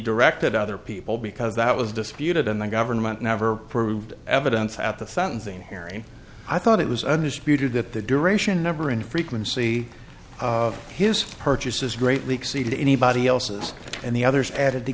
directed other people because that was disputed and the government never proved evidence at the sentencing hearing i thought it was undistributed that the duration never in frequency of his purchases greatly exceeded anybody else's and the others added to